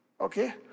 Okay